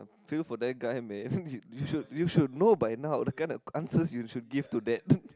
feel for that guy man you you should you should know by now the kind of answers you should give to that